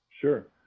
Sure